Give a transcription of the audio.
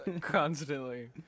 constantly